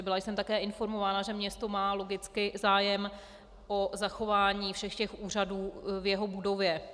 Byla jsem také informována, že město má logicky zájem o zachování všech úřadů v jeho budově.